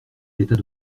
l’état